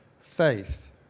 Faith